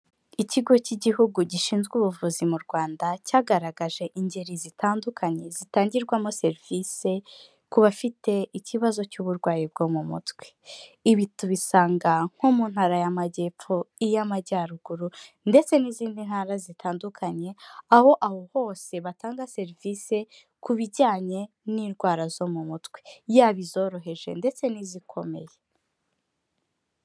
Ikigo cy'igihugu gishinzwe ubuvuzi mu Rwanda, cyagaragaje ingeri zitandukanye zitangirwamo serivise, ku bafite ikibazo cy'uburwayi bwo mu mutwe. Ibi tubisanga nko mu Ntara y'Amajyepfo, iy'Amajyaruguru, ndetse n'izindi ntara zitandukanye, aho, aho hose batanga serivisi ku bijyanye n'indwara zo mu mutwe. Yaba izoroheje ndetse n'izikomeye.